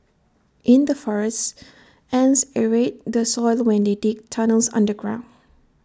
in the forests ants aerate the soil when they dig tunnels underground